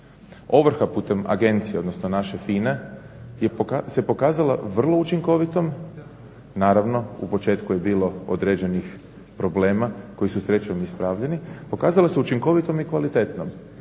Ovrha putem agencije, odnosno naše FINE se pokazala vrlo učinkovitom. Naravno u početku je bilo određenih problema koji su srećom ispravljeni. Pokazala su učinkovitom i kvalitetnom